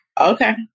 Okay